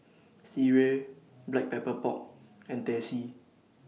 Sireh Black Pepper Pork and Teh C